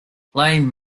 playing